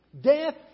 Death